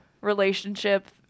relationship